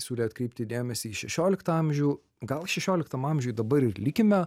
siūlė atkreipti dėmesį į šešioliktą amžių gal šešioliktam amžiuj dabar ir likime